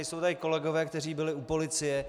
Jsou tady kolegové, kteří byli u policie.